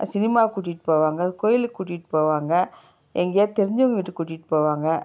cinema கூட்டிகிட்டு போவாங்க கோயிலுக்கு கூட்டிகிட்டு போவாங்க எங்கேயாவது தெரிஞ்சவங்கள் வீட்டுக்கு கூட்டிகிட்டு போவாங்க